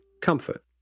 comfort